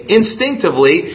instinctively